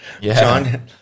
John